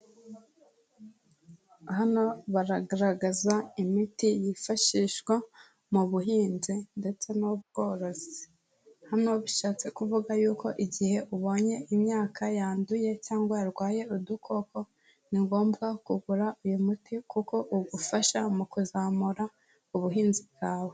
Hano baragaragaza imiti yifashishwa, mu buhinzi ndetse n'ubworozi, hano bishatse kuvuga yuko igihe ubonye imyaka yanduye cyangwa yarwaye udukoko, ni ngombwa kugura uyu muti kuko ugufasha mu kuzamura ubuhinzi bwawe.